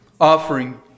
offering